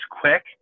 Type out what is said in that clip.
quick